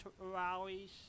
rallies